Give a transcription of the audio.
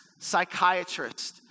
psychiatrist